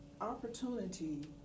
opportunity